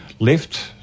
Left